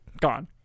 gone